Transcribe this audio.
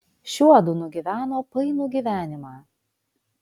šiuodu nugyveno painų gyvenimą